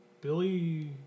Billy